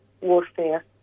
warfare